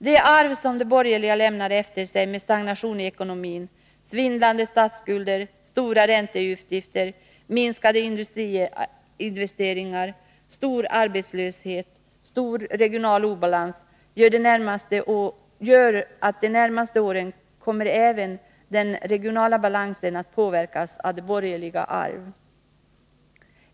Det arv som de borgerliga lämnade efter sig med stagnation i ekonomin, svindlande statsskulder, stora ränteutgifter, minskade industriinvesteringar, stor arbetslöshet och stor regional obalans gör att även den regionala balansen under de närmaste åren kommer att påverkas av detta borgerliga arv.